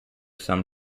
some